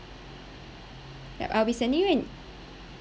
ah I'll be sending you an